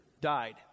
died